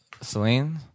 Celine